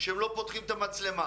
שלא פותחים את המצלמה?